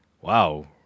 Wow